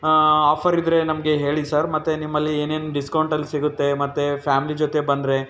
offer ಇದ್ದರೆ ನಮಗೆ ಹೇಳಿ ಸರ್ ಮತ್ತೆ ನಿಮ್ಮಲ್ಲಿ ಏನೇನು ಡಿಸ್ಕೌಂಟಲ್ಲಿ ಸಿಗುತ್ತೆ ಮತ್ತೆ ಫ್ಯಾಮ್ಲಿ ಜೊತೆ ಬಂದರೆ